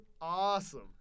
Awesome